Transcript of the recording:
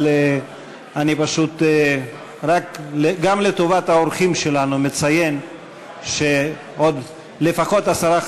אבל גם לטובת העובדים שלנו אני מציין שלפחות עשרה,